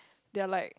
they're like